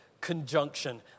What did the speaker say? conjunction